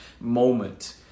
moment